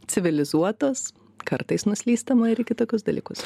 civilizuotos kartais nuslystama ir kitokius dalykus